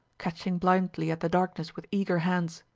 catching blindly at the darkness with eager hands.